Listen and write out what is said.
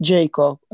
Jacob